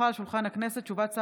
טיפול